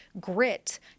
grit